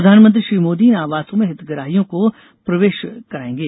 प्रधानमंत्री श्री मोदी इन आवासों में हितग्राहियों को गृह प्रवेश कराएंगे